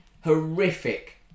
Horrific